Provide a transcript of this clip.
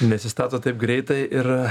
nesistato taip greitai ir